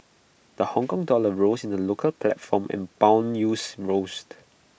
the Hongkong dollar rose in the local platform and Bond yields roast